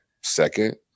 Second